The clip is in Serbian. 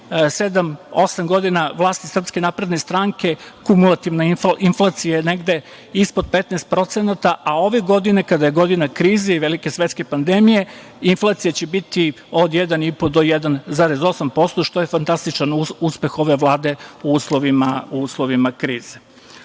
osam godina vlasti SNS kumulativna inflacija je negde ispod 15%, a ove godine, kada je godina krize i velike svetske pandemije, inflacija će biti od 1,5 do 1,8%, što je fantastičan uspeh ove vlade u uslovima krize. Kad